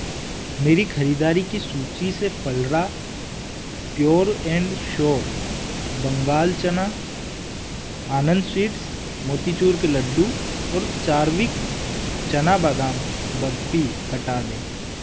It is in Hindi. मेरी ख़रीदारी की सूची से Phalada pure and sure Bengal चना आनंद स्वीट्स मोतीचूर के लड्डू और चारविक चना बादाम बर्फी हटा दें